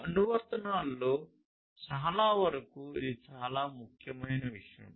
ఈ అనువర్తనాల్లో చాలావరకు ఇది చాలా ముఖ్యమైన విషయం